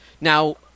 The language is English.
Now